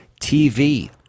TV